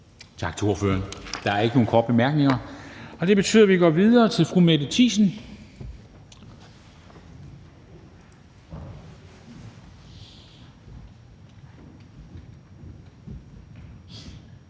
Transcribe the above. Tak til ordføreren. Der er ikke nogen korte bemærkninger, og det betyder, at vi går videre til fru Mette Thiesen,